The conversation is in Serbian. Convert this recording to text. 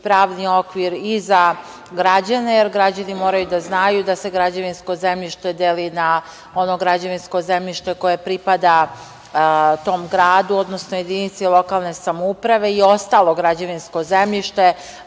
pravni okvir i za građane, jer građani moraju da znaju da se građevinsko zemljište deli na ono građevinsko zemljište koje pripada tom gradu, odnosno jedinici lokalne samouprave i ostalo građevinsko zemljište,